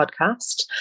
podcast